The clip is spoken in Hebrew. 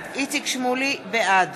שמולי, בעד